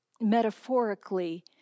metaphorically